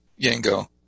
Yango